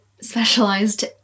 specialized